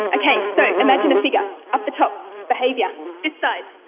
okay, so imagine a figure, up the top, behaviour, this side,